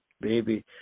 baby